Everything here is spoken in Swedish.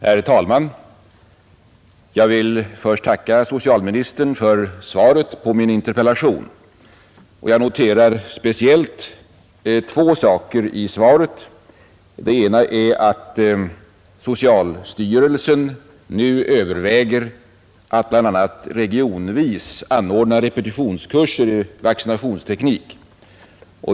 Herr talman! Jag vill först tacka socialministern för svaret på min interpellation. Jag noterar speciellt två saker i svaret. Den ena är att socialstyrelsen nu överväger att bl.a. regionvis anordna repetitionskurser i vaccinationsteknik.